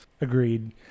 Agreed